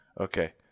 okay